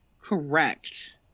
Correct